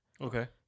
Okay